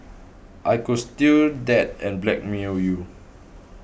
I could steal that and blackmail you